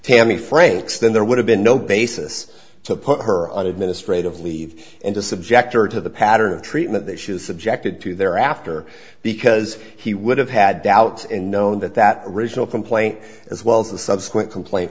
tammy franks then there would have been no basis to put her on administrative leave and to subject her to the pattern of treatment that she was subjected to there after because he would have had doubts and known that that original complaint as well as the subsequent complaint